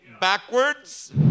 Backwards